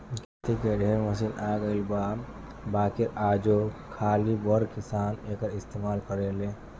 खेती के ढेरे मशीन आ गइल बा बाकिर आजो खाली बड़ किसान एकर इस्तमाल करेले